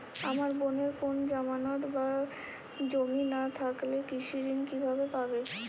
আমার বোনের কোন জামানত বা জমি না থাকলে কৃষি ঋণ কিভাবে পাবে?